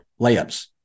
Layups